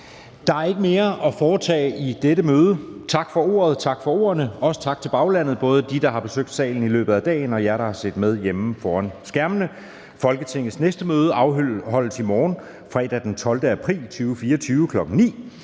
Der er ikke mere at foretage i dette møde. Tak for ordet, tak for ordene – også tak til baglandet. Tak til dem, der har besøgt salen i løbet af dagen, og til jer, der har set med hjemme foran skærmene. Folketingets næste møde afholdes i morgen, fredag den 12. april 2024, kl.